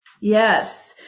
Yes